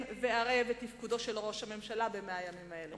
והערב את תפקודו של ראש הממשלה ב-100 הימים האלה.